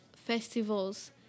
festivals